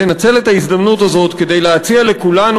לנצל את ההזדמנות הזאת כדי להציע לכולנו